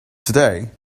today